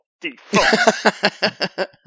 default